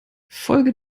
folge